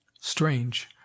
Strange